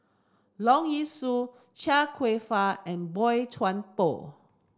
Leong Yee Soo Chia Kwek Fah and Boey Chuan Poh